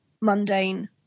mundane